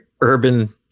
urban